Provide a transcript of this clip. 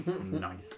Nice